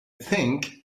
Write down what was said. think